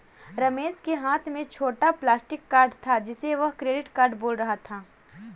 रमेश के हाथ में छोटा प्लास्टिक कार्ड था जिसे वह क्रेडिट कार्ड बोल रहा था